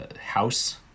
house